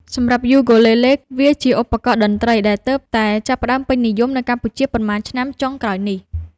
សម្រាប់យូគូលេលេ វាជាឧបករណ៍តន្ត្រីដែលទើបតែចាប់ផ្តើមពេញនិយមនៅកម្ពុជាប៉ុន្មានឆ្នាំចុងក្រោយនេះ។